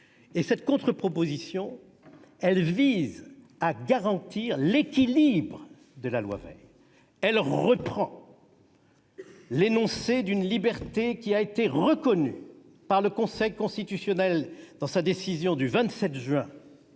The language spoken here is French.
Cette contre-proposition vise à garantir l'équilibre de la loi Veil : elle reprend l'énoncé d'une liberté qui a été reconnue par le Conseil constitutionnel dans sa décision du 27 juin